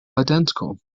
identical